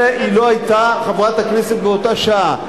היא לא היתה חברת הכנסת באותה שעה.